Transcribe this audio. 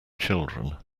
children